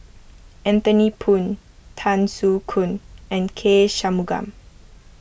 Anthony Poon Tan Soo Khoon and K Shanmugam